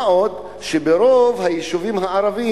מה עוד שברוב היישובים הערביים,